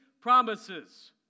promises